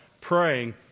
praying